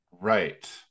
Right